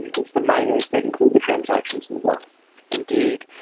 it's the miners that include the transactions in the blocks indeed.